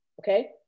okay